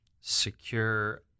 secure